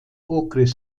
okres